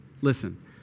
listen